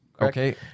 Okay